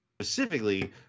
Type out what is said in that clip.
specifically